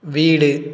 வீடு